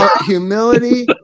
humility